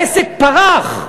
העסק פרח,